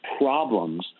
problems